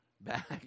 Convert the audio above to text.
back